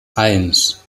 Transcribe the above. eins